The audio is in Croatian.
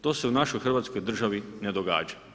To se u našoj Hrvatskoj državi ne događa.